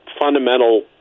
fundamental